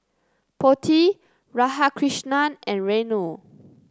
Potti Radhakrishnan and Renu